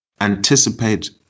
anticipate